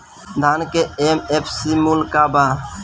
धान के एम.एफ.सी मूल्य का बा?